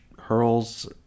hurls